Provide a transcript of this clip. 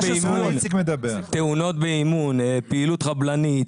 תאונות באימון, פעילות חבלנית,